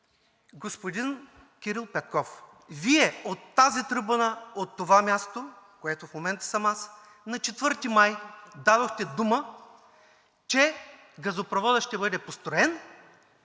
Господин Кирил Петков, Вие – от тази трибуна, от това място, на което в момента съм аз, на 4 май дадохте дума, че газопроводът ще бъде построен